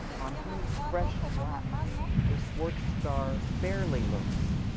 on whose fresh lap the swart star sparely looks,